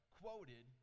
quoted